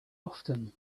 often